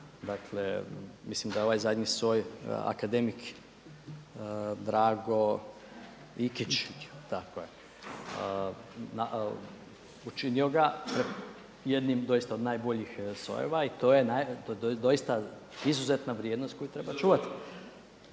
Dakle, mislim da je ovaj zadnji soj akademik Drago Bikić, tako je, učinio ga jednim doista od najboljih sojeva i to je doista izuzetna vrijednost koju treba čuvati.